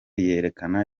yerekana